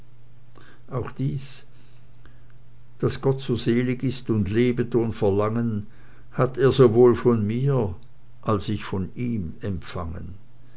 auch dies daß gott so selig ist und lebet ohn verlangen hat er sowohl von mir als ich von ihm empfangen